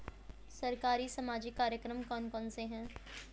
सरकारी सामाजिक कार्यक्रम कौन कौन से हैं?